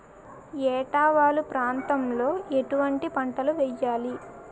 ఏటా వాలు ప్రాంతం లో ఎటువంటి పంటలు వేయాలి?